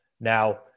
Now